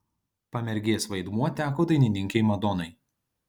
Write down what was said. pamergės vaidmuo teko dainininkei madonai